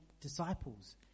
disciples